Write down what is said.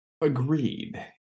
Agreed